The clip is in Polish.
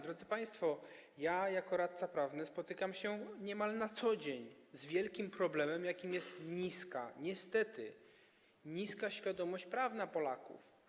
Drodzy państwo, ja jako radca prawny spotykam się niemal na co dzień z wielkim problemem, jakim jest niska, niestety niska świadomość prawna Polaków.